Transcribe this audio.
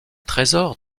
trésor